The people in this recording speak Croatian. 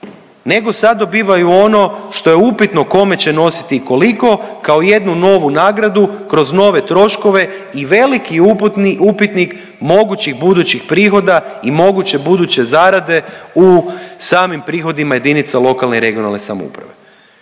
nego sad dobivaju ono što je upitno kome će nositi koliko kao jednu novu nagradu kroz nove troškove i veliki upitnik mogućih budućih prihoda i moguće buduće zarade u samim prihodima jedinica lokalne i regionalne samouprave.